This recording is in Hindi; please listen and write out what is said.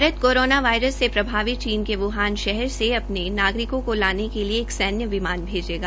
भारत कोरोना वायरस से प्रभावित चीन के ब्हान शहर से अपने नागरिकों को लाने के लिए एक सैन्य विमान भेजेगा